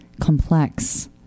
complex